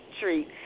treat